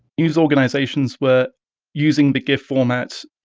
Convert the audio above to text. news organisations were using the gif format,